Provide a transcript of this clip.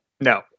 no